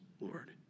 Lord